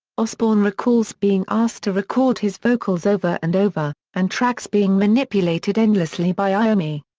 osbourne recalls being asked to record his vocals over and over, and tracks being manipulated endlessly by iommi.